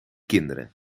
kinderen